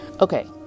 okay